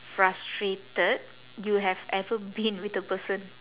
frustrated you have ever been with a person